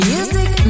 Music